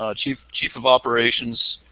ah chief chief of operations.